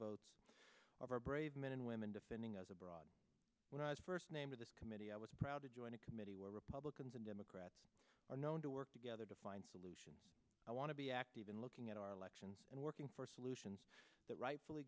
both of our brave men and women defending us abroad when i was first name of this committee i was proud to join a committee where republicans and democrats are known to work together to find solutions i want to be active in looking at our elections and working for solutions that rightfully